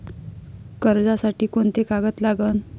कर्जसाठी कोंते कागद लागन?